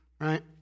right